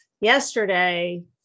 yesterday